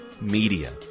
Media